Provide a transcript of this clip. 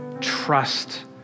trust